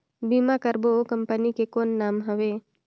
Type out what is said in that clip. बीमा करबो ओ कंपनी के कौन नाम हवे?